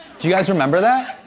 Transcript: do you guys remember that?